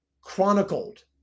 chronicled